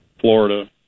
Florida